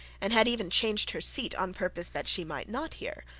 and had even changed her seat, on purpose that she might not hear,